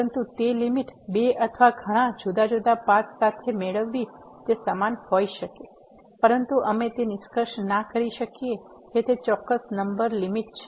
પરંતુ તે લીમીટ બે અથવા ઘણાં જુદા જુદા પાથ સાથે મેળવવી તે સમાન હોઇ શકે પરંતુ અમે તે નિષ્કર્ષ ના કરી શકીએ કે તે ચોક્કસ નંબર લીમીટ છે